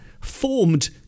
formed